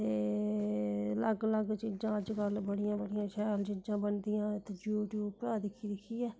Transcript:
ते अलग अलग चीजां अज्जकल बड़ियां बड़ियां शैल चीजां बनदियां इत्त यूट्यूब उप्परा दिक्खी दिक्खियै